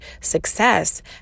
success